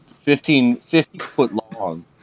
Fifteen-fifty-foot-long